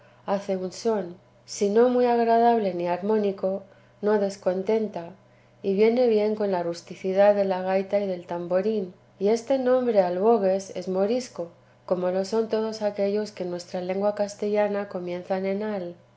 si no muy agradable ni armónico no descontenta y viene bien con la rusticidad de la gaita y del tamborín y este nombre albogues es morisco como lo son todos aquellos que en nuestra lengua castellana comienzan en al